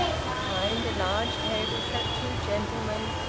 behind a large table sat two gentlemen,